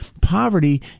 Poverty